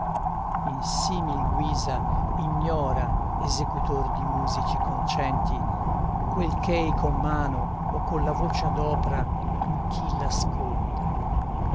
simil guisa ignora esecutor di musici concenti quel ch'ei con mano o con la voce adopra in chi